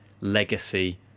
legacy